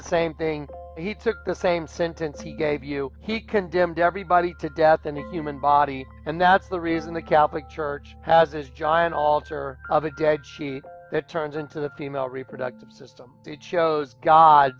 the same thing he took the same sentence he gave you he condemned everybody to death in the human body and that's the reason the catholic church has its giant altar of a dead she it turns into the female reproductive system it shows god